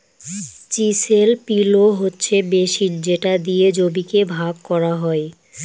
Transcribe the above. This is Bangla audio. চিসেল পিলও হচ্ছে মেশিন যেটা দিয়ে জমিকে ভাগ করা হয়